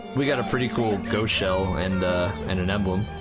we got a pretty cool ghost shell and and an emblem.